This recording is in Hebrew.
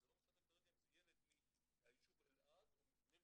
וזה לא משנה כרגע אם זה ילד מהיישוב אלעד או מבני